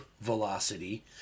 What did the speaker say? velocity